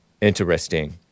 Interesting